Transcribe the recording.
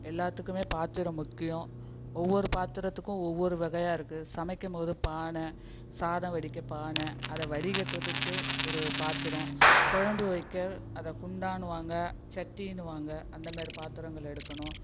எல்லாத்துக்குமே பாத்திரம் முக்கியம் ஒவ்வொரு பாத்திரத்துக்கும் ஒவ்வொரு வகையாக இருக்கு சமைக்கும்போது பானை சாதம் வடிக்க பானை அதை வடிகட்டுறதுக்கு ஒரு பாத்திரம் குழம்பு வைக்க அதை குண்டான்னுவாங்க சட்டின்னுவாங்க அந்த மாரி பாத்திரங்கள் எடுக்கணும்